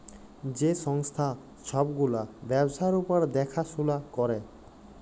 যে সংস্থা ছব গুলা ব্যবসার উপর দ্যাখাশুলা ক্যরে